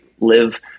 live